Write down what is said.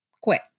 quit